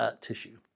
tissue